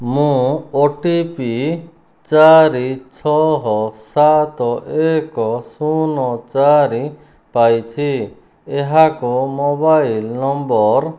ମୁଁ ଓଟିପି ଚାରି ଛହଅ ସାତ ଏକ ଶୂନ ଚାରି ପାଇଛି ଏହାକୁ ମୋବାଇଲ୍ ନମ୍ବର